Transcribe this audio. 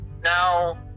now